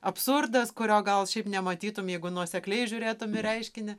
absurdas kurio gal šiaip nematytum jeigu nuosekliai žiūrėtum į reiškinį